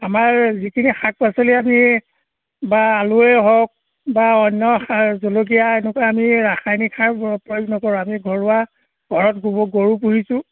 আমাৰ যিখিনি শাক পাচলি আমি বা আলুৱেই হওক বা অন্য সাৰ জলকীয়া এনেকুৱা আমি ৰাসায়নিক সাৰ বৰ প্ৰয়োগ নকৰোঁ আমি ঘৰুৱা ঘৰত গোবৰ গৰু পুহিছোঁ